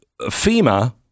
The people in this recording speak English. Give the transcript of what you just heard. FEMA